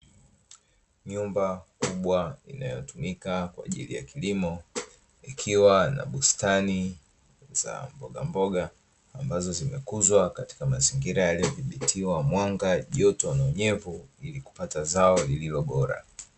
Nyumba kubwa inayotumika kwa ajili ya kilimo, ikiwa na bustani za mbogamboga ambazo zimekuzwa katika mazingira yaliyodhibitiwa: mwanga, joto na unyevu; ili kupata zao lililo bora.